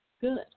Good